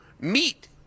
meet